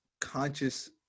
conscious